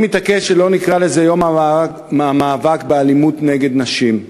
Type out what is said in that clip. אני מתעקש שלא נקרא לזה "יום המאבק באלימות נגד נשים",